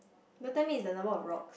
don't tell me is the number of rocks